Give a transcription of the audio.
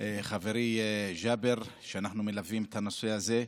חברי ג'אבר, אנחנו מלווים את הנושא הזה.